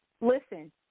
Listen